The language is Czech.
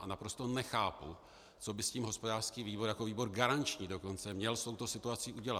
A naprosto nechápu, co by s tím hospodářský výbor jako výbor garanční dokonce měl s touto situací udělat.